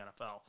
NFL